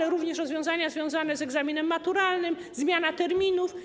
Są również rozwiązania związane z egzaminem maturalnym, zmianą terminów.